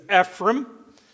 Ephraim